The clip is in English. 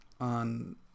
on